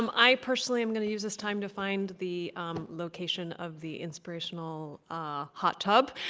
um i personally am going to use this time to find the location of the inspirational ah hot tub,